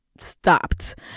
stopped